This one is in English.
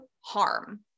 harm